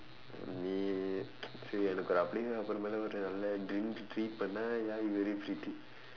நீ சரி அப்புறமேலே:sari appurameelee drink treat பண்ணுனா:pannunaa ya you very pretty